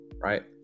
Right